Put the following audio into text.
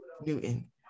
Newton